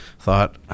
thought